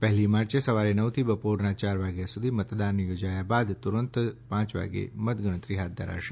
પહેલી માર્ચે સવારે નવથી બપોરે યાર વાગ્યા સુધી મતદાન યોજાયા બાદ તુરંત પાંચ વાગે મત ગણતરી હાથ ધરાશે